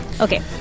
Okay